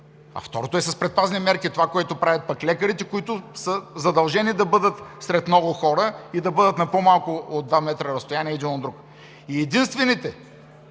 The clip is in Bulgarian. Второто е с предпазни мерки – това, което правят пък лекарите, които са задължени да бъдат сред много хора и да бъдат на по-малко разстояние от 2 метра един от друг. Единствените